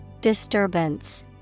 Disturbance